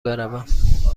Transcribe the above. بروم